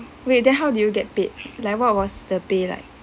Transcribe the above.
wait then how did you get paid like what was the pay like